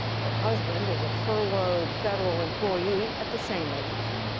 her husband is a furloughed federal employee at the same agency.